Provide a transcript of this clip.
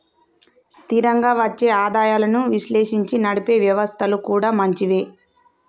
స్థిరంగా వచ్చే ఆదాయాలను విశ్లేషించి నడిపే వ్యవస్థలు కూడా మంచివే